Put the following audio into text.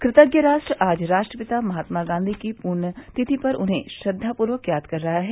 कृतज्ञ राष्ट्र आज राष्ट्रपिता महात्मा की पूर्णतिथि पर उन्हें श्रद्वापूर्वक याद कर रहा है